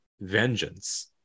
vengeance